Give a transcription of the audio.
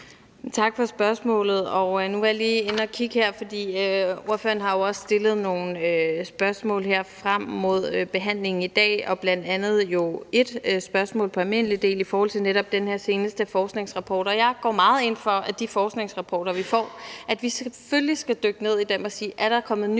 Tak for spørgsmålet. Nu var jeg lige inde at kigge på det, for ordføreren har jo også stillet nogle spørgsmål frem mod behandlingen her i dag og har bl.a. stillet et spørgsmål under almindelig om netop den her seneste forskningsrapport. Og jeg går meget ind for i forhold til de forskningsrapporter, vi får, at vi selvfølgelig skal dykke ned i dem og se på: Er der kommet ny